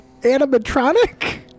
animatronic